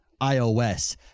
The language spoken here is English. iOS